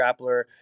grappler